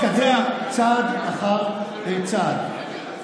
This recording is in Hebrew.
-- שנתקדם צעד אחר צעד.